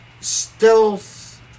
stealth